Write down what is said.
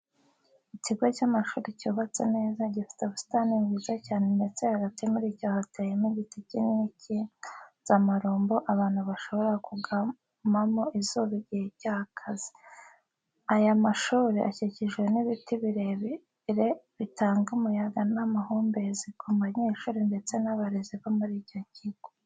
Ikigo cy'amashuri cyubatse neza, gifite ubusitani bwiza cyane ndetse hagati muri cyo hateyemo igiti kinini cy'inganzamarumbo abantu bashobora kugamamo izuba igihe ryakaze. Aya mashuri akikijwe n'ibiti birebire bitanga umuyaga n'amahumbezi ku banyeshuri ndetse n'abarezi bo muri icyo kigo.